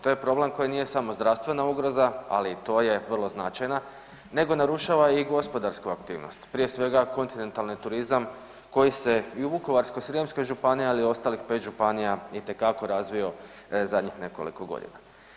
To je problem koji nije samo zdravstvena ugroza, ali i to je vrlo značajna, nego narušava i gospodarsku aktivnost, prije svega, kontinentalni turizam koji se i u Vukovarsko-srijemskoj županiji, ali i u ostalih 5 županija itekako razvio zadnjih nekoliko godina.